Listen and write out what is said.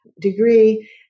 degree